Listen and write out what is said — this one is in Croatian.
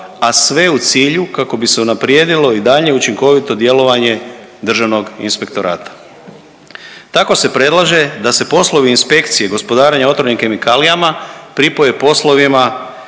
a sve u cilju kako bi se unaprijedilo i daljnje učinkovito djelovanje Državnog inspektorata. Tako se predlaže da se poslovi inspekcije i gospodarenja otrovnim kemikalijama pripoje poslovima